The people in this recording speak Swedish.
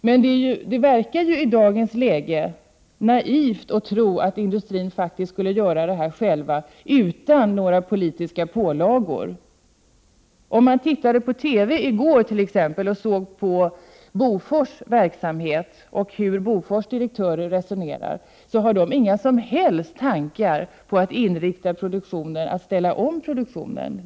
Men det verkar i dagens läge naivt att tro att industrin faktiskt skulle göra det utan några politiska pålagor. I går kunde man i TV se ett inslag om Bofors verksamhet och hur Boforsdirektörerna resonerar. De har inga som helst tankar på att ställa om produktionen.